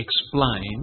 explain